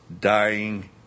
dying